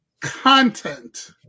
content